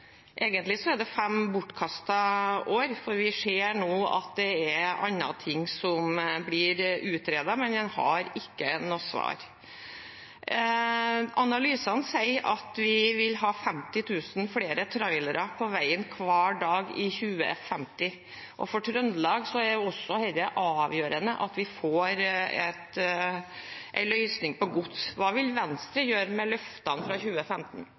er det fem bortkastede år, for vi ser nå at det er andre ting som blir utredet, men en har ikke noe svar. Analysene sier at vi vil ha 50 000 flere trailere på veien hver dag i 2050, og for Trøndelag er det også avgjørende at vi får en løsning for gods. Hva vil Venstre gjøre med løftene fra 2015?